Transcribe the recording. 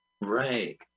right